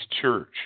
church